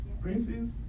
princes